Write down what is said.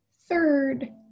Third